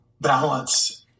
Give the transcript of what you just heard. balance